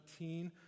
19